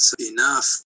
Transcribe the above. enough